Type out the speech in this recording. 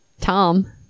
Tom